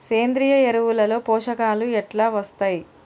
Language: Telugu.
సేంద్రీయ ఎరువుల లో పోషకాలు ఎట్లా వత్తయ్?